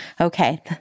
Okay